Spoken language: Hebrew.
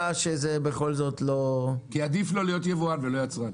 אני חושב שעדיף לו להיות יבואן ולא יצרן.